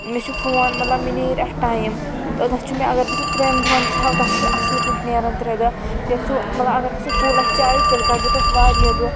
مےٚ چھُ فوٗن مطلب مےٚ نیرِ اتھ ٹایم تَتھ چھُ مےٚ اَگر بہٕ سُہ ترٛٮ۪ن دۄہَن تہِ تھاو تَتھ چھُ مےٚ اصٕل پٲٹھۍ نیران ترٛےٚ دۄہ یا ژٕ مطلب اَگر مےٚ سُہ فُل آسہِ چارٕج تیٚلہِ کَڑٕ بہٕ تَتھ واریاہ دۄہ